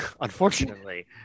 unfortunately